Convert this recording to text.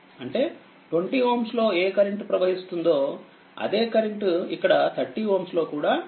అంటే20Ω లో ఏ కరెంట్ ప్రవహిస్తుందో అదే కరెంట్ ఇక్కడ 30Ω లో కూడా ప్రవహిస్తోంది